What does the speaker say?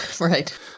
right